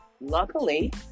Luckily